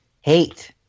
Hate